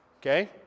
okay